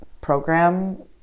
program